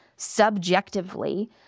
subjectively